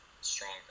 stronger